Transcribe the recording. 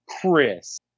Chris